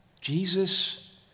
Jesus